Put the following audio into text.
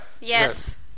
Yes